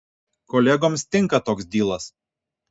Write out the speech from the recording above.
kolegoms tinka toks dylas